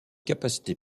capacités